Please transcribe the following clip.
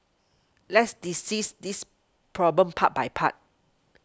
let's decease this problem part by part